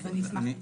אז אני אשמח.